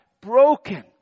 broken